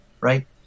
right